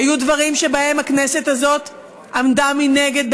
היו דברים שבהן הכנסת הזאת עמדה מנגד,